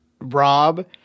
Rob